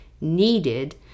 needed